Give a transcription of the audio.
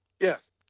Yes